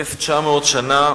1,900 שנה